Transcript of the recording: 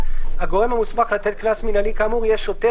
הגורם המוסמך לתת קנס מינהלי כאמור יהיה שוטר